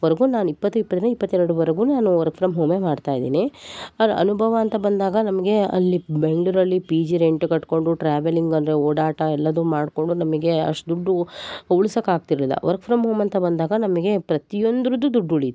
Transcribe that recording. ವರೆಗೂ ನಾನು ಇಪ್ಪತ್ತು ಇಪ್ಪತ್ತರಿಂದ ಇಪ್ಪತ್ತೆರಡುವರ್ಗು ನಾನು ವರ್ಕ್ ಫ್ರಮ್ ಹೋಮೇ ಮಾಡ್ತಾ ಇದೀನಿ ಆದರೆ ಅನುಭವ ಅಂತ ಬಂದಾಗ ನಮಗೆ ಅಲ್ಲಿ ಬೆಂಗಳೂರಲ್ಲಿ ಪಿ ಜಿ ರೆಂಟ್ ಕಟ್ಕೊಂಡು ಟ್ರಾವೆಲ್ಲಿಂಗ್ ಅಂದರೆ ಓಡಾಟ ಎಲ್ಲದು ಮಾಡ್ಕೊಂಡು ನಮಗೆ ಅಷ್ಟು ದುಡ್ಡು ಉಳ್ಸೋಕ್ ಆಗ್ತಿರಲಿಲ್ಲ ವರ್ಕ್ ಫ್ರಮ್ ಹೋಮ್ ಅಂತ ಬಂದಾಗ ನಮಗೆ ಪ್ರತಿಯೊಂದ್ರದ್ದು ದುಡ್ಡು ಉಳೀತು